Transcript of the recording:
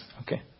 Okay